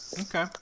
Okay